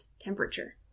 temperature